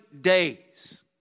days